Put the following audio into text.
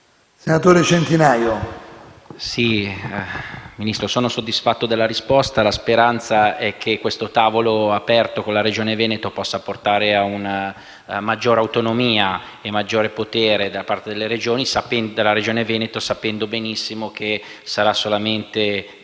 Signor Ministro, sono soddisfatto della risposta fornita. La speranza è che questo tavolo aperto con la Regione Veneto possa portare ad una maggiore autonomia e a maggior potere da parte della stessa Regione, sapendo benissimo che sarà solamente